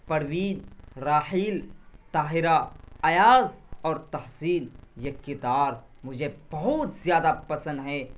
پروین راحیل طاہرہ ایاز اور تحسین یہ کردار مجھے بہت زیادہ پسند ہیں